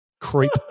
Creep